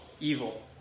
evil